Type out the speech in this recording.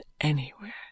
anywhere